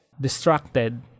distracted